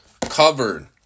covered